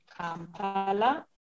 Kampala